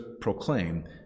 proclaim